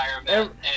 environment